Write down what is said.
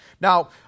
Now